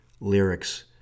lyrics